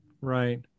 right